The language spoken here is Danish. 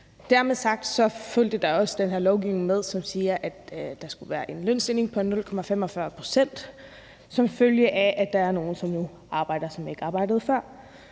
Dermed sagt fulgte der også den her lovgivning med, som siger, at der skal ske en lønstigning på 0,45 pct. som følge af, at der er nogle, som arbejder nu, som ikke arbejdede før.